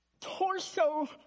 torso